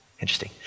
interesting